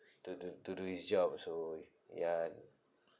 to to to do his job so yeah